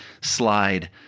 slide